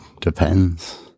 depends